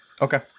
Okay